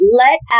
let